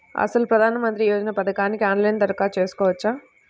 అసలు ప్రధాన మంత్రి యోజన పథకానికి ఆన్లైన్లో దరఖాస్తు చేసుకోవచ్చా?